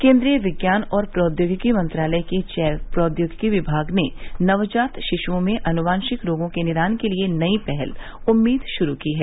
केन्द्रीय विज्ञान और प्रौद्योगिकी मंत्रालय के जैव प्रौद्योगिकी विभाग ने नवजात शिशुओं में आनुवांशिक रोगों के निदान के लिए नई पहल उम्मीद शुरू की है